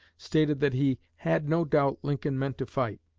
stated that he had no doubt lincoln meant to fight.